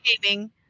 gaming